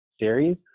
series